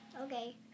Okay